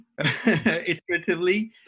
iteratively